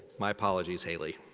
my apologies, haley.